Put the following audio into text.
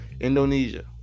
Indonesia